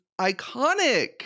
iconic